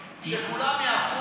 שלמה,